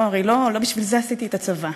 הרי לא בשביל זה עשיתי צבא.